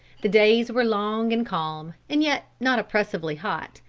the days were long and calm, and yet not oppressively hot.